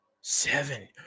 Seven